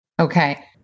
Okay